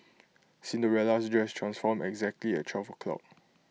Cinderella's dress transformed exactly at twelve O' clock